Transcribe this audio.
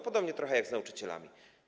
Podobnie trochę jak z nauczycielami.